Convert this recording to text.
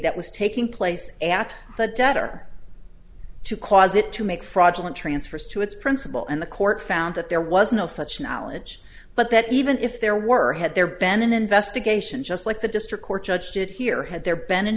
that was taking place at the debtor to cause it to make fraudulent transfers to its principal and the court found that there was no such knowledge but that even if there were had there been an investigation just like the district court judge did here had there been an